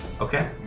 Okay